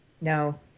No